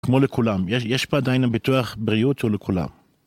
כמו לכולם, יש פה עדיין הביטוח בריאות הוא לכולם.